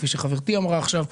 כפי שחברתי אמרה עכשיו,